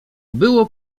było